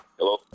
Hello